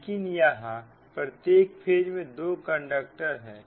लेकिन यहां प्रत्येक फेज में दो कंडक्टर है